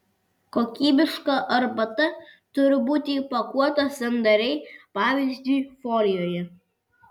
kokybiška arbata turi būti įpakuota sandariai pavyzdžiui folijoje